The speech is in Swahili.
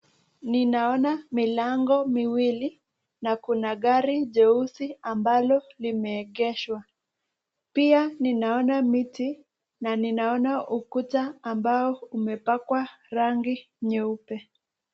Ninaona milango miwili na kuna gari jeusi ambalo limeegeshwa. Pia ninaona miti na ninaona ukuta ambao umepakwa rangi nyeupe.